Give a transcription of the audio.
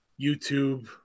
YouTube